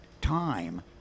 time